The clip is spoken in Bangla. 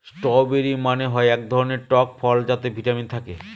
স্ট্রওবেরি মানে হয় এক ধরনের টক ফল যাতে ভিটামিন থাকে